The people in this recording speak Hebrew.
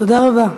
תודה רבה.